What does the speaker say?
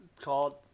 called